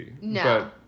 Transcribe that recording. no